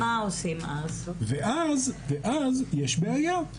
ואז יש בעיה.